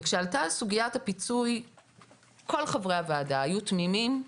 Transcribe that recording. וכשעלתה סוגיית הפיצוי כל חברי הוועדה היו תמימים,